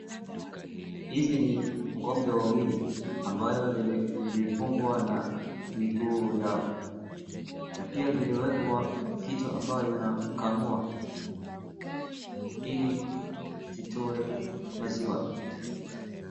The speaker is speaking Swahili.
Hizi ni ng'ombe wawili ambayo zilifungwa na miguu yao. Na pia ziliwekwa kitu ambayo inakamua ili zitoe maziwa.